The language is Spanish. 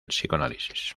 psicoanálisis